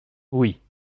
oui